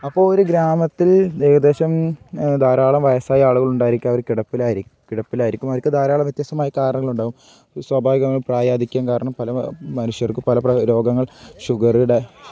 അപ്പോൾ ഒരു ഗ്രാമത്തിൽ ഏകദേശം ധാരാളം വയസ്സായ ആളുകളുണ്ടായിരിക്കും അവർ കിടപ്പിലായിരിക്കും കിടപ്പിലായിരിക്കും അവർക്ക് ധാരാളം വ്യത്യസ്മായ കാരണങ്ങുണ്ടാകും സ്വാഭാവികമായും പ്രായാധിക്ക്യം കാരണം പല മനുഷ്യർക്ക് പല പല രോഗങ്ങൾ ഷുഗർ ഡയ